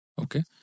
Okay